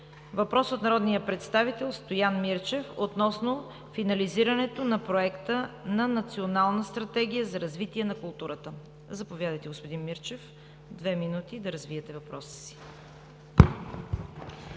Въпрос от народния представител Стоян Мирчев относно финализиране на проекта за Национална стратегия за развитие на културата. Заповядайте, господин Мирчев – две минути да развиете въпроса си.